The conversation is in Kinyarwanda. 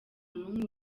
n’umwe